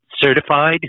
certified